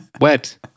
wet